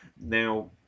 Now